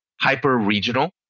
hyper-regional